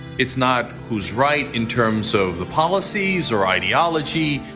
it's not who's right in terms of the policies or ideology.